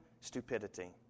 stupidity